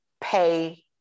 pay